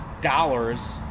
dollars